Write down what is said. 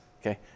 Okay